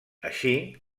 així